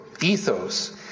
ethos